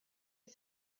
you